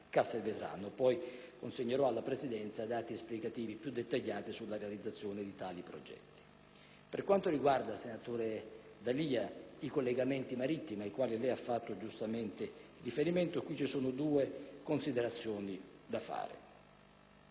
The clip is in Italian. Poi consegnerò alla Presidenza dati esplicativi più dettagliati sulla realizzazione di tali progetti. Per quanto riguarda, senatore D'Alia, i collegamenti marittimi a cui lei ha fatto giustamente riferimento, occorre fare due considerazioni, una